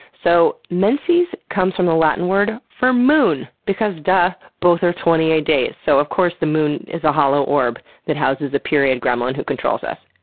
so menses comes from the latin word for moon, because duh, both are twenty eight days, so of course the moon is a hollow orb that houses a period gremlin who controls us.